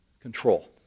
Control